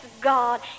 God